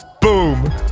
Boom